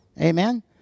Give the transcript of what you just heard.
amen